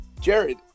Jared